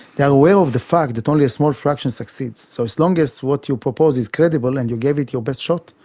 they are aware of the fact that only a small fraction succeeds. so as long as what you propose is credible and you gave it your best shot,